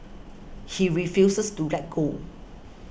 he refuses to let go